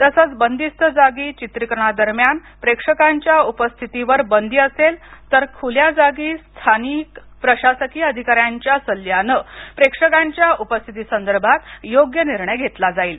तसंच बंदिस्त जागी दरम्यान चित्रीकरणादरम्यान प्रेक्षकांच्या उपस्थितीवर बंदी असेल तर खुल्या जागी स्थानिक प्रशासकीय अधिकाऱ्यांच्या सल्ल्यानं प्रेक्षकांच्या उपस्थिती संदर्भात योग्य निर्णय घेतला जाईल